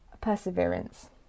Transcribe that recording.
perseverance